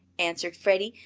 answered freddie.